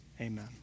Amen